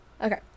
Okay